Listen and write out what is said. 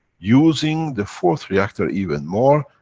using the fourth reactor even more,